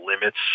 limits